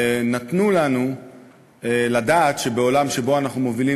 ונתנו לנו לדעת שבעולם שבו אנחנו מובילים